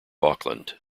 auckland